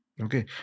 Okay